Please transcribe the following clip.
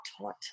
taught